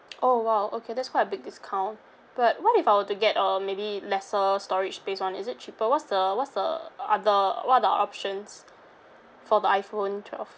oh !wow! okay that's quite a big discount but what if I were to get a maybe lesser storage space [one] is it cheaper what's the what's the uh other what are the options for the iphone twelve